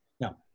Now